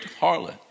harlot